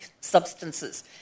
substances